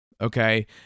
okay